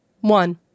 One